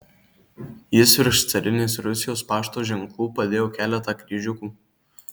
jis virš carinės rusijos pašto ženklų padėjo keletą kryžiukų